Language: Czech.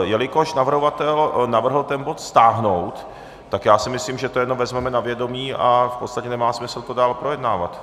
Jelikož navrhovatel navrhl ten bod stáhnout, tak já si myslím, že to jenom vezmeme na vědomí a v podstatě nemá smysl to dál projednávat.